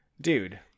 dude